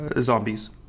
zombies